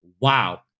wow